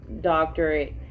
doctorate